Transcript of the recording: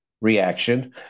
reaction